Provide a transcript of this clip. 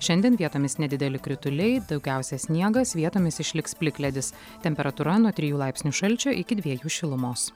šiandien vietomis nedideli krituliai daugiausiai sniegas vietomis išliks plikledis temperatūra nuo trijų laipsnių šalčio iki dviejų šilumos